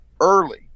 early